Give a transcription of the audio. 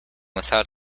without